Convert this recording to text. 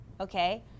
okay